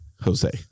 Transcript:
jose